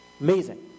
Amazing